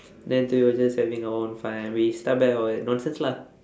then two of us just having our own fun and we start back our nonsense lah